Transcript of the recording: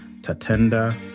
Tatenda